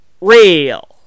real